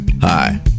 Hi